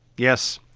yes,